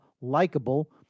likable